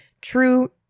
True